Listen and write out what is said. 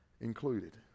included